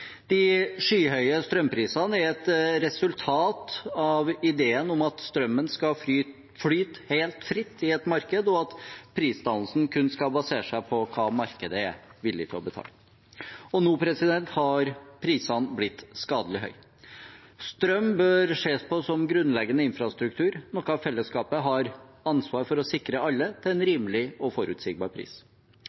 De skyhøye strømprisene er et resultat av ideen om at strømmen skal flyte helt fritt i et marked, og at prisdannelsen kun skal basere seg på hva markedet er villig til å betale. Nå har prisene blitt skadelig høye. Strøm bør ses på som grunnleggende infrastruktur – noe fellesskapet har ansvar for å sikre alle til en rimelig og forutsigbar pris.